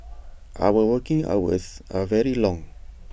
our working hours are very long